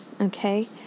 okay